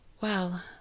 Well